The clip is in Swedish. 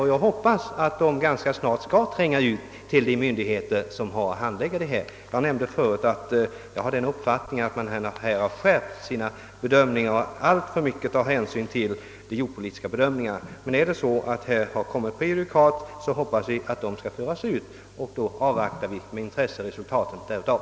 Jag hoppas att det ganska snart skall tränga ut till de myndigheter som har att handlägga dessa frågor. Jag nämnde tidigare att jag har den uppfattningen, att man på detta område har skärpt bedömningarna och alltför mycket tar hänsyn till de jordbrukspolitis ka synpunkterna. Men om det kommit prejudikat på detta område, hoppas vi att kännedomen härom skall spridas och avvaktar med intresse resultaten härav.